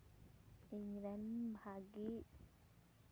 ᱤᱧ ᱨᱮᱱ ᱵᱷᱟᱹᱜᱮ